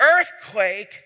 Earthquake